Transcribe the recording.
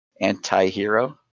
anti-hero